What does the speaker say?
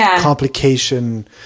complication